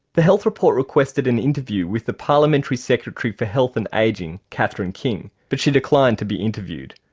the health report requested an interview with the parliamentary secretary for health and ageing catherine king but she declined to be interviewed.